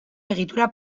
egitura